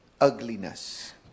ugliness